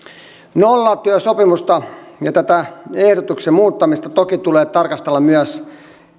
nollatyösopimusta ja tätä ehdotuksen muuttamista toki tulee tarkastella myös